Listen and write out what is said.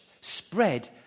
spread